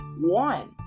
one